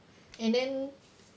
and then